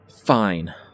fine